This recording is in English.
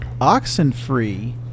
Oxenfree